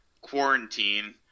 quarantine